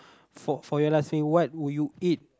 for for your last thing what will you eat